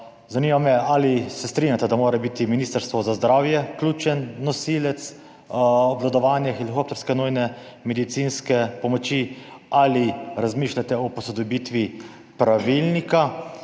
Zanima me: Ali se strinjate, da mora biti Ministrstvo za zdravje ključen nosilec obvladovanja helikopterske nujne medicinske pomoči? Ali razmišljate o posodobitvi pravilnika?